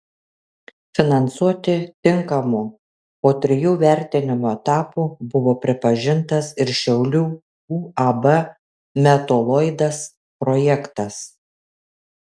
finansuoti tinkamu po trijų vertinimo etapų buvo pripažintas ir šiaulių uab metaloidas projektas